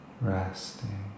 resting